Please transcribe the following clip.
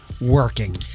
working